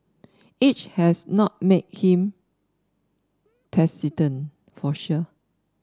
age has not made him taciturn for sure